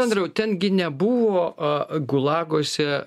andriau ten gi nebuvo gulaguose